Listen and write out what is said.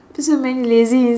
so many lazy